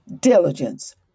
Diligence